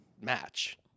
match